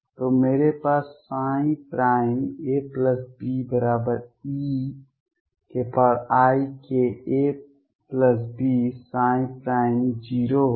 तो मेरे पास abeikabψ होगा